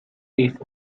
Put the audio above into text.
with